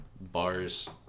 bars